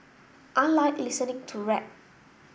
I like listening to rap